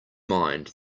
mind